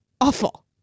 awful